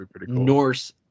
Norse